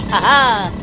ah!